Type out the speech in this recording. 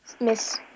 Miss